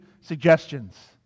suggestions